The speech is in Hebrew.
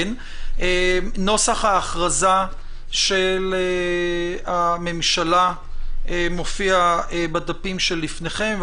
נוסח ההכרזה של הממשלה מופיע בדפים שלפניכם,